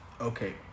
Okay